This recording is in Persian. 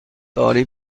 داری